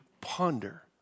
ponder